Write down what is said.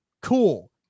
Cool